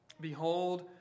Behold